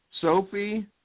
Sophie